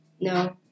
No